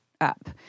up